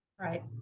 Right